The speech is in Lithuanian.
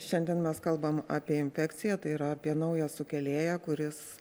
šiandien mes kalbam apie infekciją tai yra apie naują sukėlėją kuris